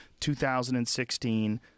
2016